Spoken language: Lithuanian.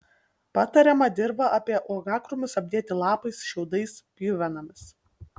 patariama dirvą apie uogakrūmius apdėti lapais šiaudais pjuvenomis